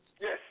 Yes